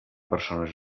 persones